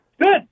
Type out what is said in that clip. Good